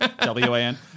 W-A-N